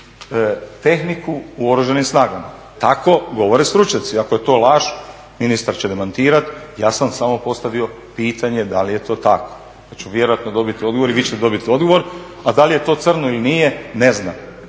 tehniku u Oružanim snagama. Tako govore stručnjaci. Ako je to laž ministar će demantirat, ja sam samo postavio pitanje da li je to tako pa ću vjerojatno dobit odgovor i vi ćete dobit odgovor, a da li je to crno ili nije ne znam.